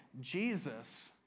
Jesus